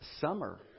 summer